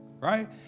right